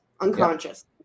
Unconscious